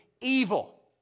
evil